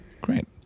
Great